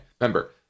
Remember